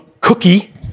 Cookie